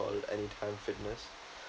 called anytime fitness